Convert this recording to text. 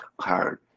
hard